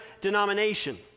denomination